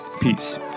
Peace